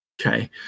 okay